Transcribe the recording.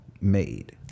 made